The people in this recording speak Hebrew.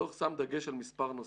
הדוח שם דגש על מספר נושאים,